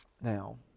Now